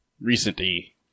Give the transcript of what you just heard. Recently